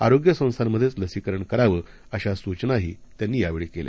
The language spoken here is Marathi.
आरोग्य संस्थांमध्येच लसीकरण करावं अशा सूचनाही त्यांनी यावेळी केल्या